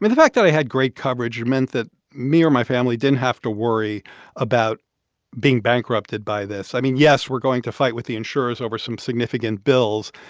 the fact that i had great coverage meant that me or my family didn't have to worry about being bankrupted by this. i mean, yes, we're going to fight with the insurers over some significant bills,